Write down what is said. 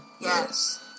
yes